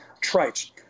trite